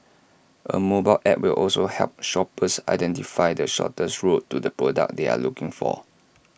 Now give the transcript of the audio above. A mobile app will also help shoppers identify the shortest route to the product they are looking for